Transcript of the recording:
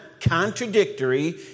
contradictory